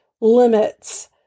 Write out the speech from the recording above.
limits